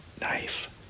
knife